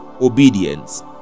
obedience